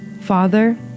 Father